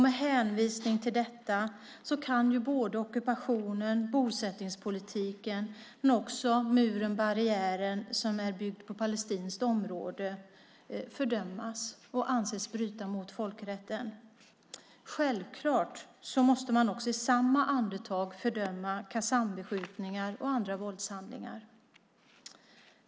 Med hänvisning till detta kan både ockupationen, bosättningspolitiken och muren och barriären som är byggd på palestinskt område fördömas och anses bryta mot folkrätten. Självklart måste man också i samma andetag fördöma Qassambeskjutningar och andra våldshandlingar.